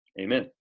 Amen